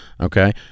okay